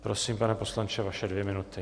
Prosím, pane poslanče, vaše dvě minuty.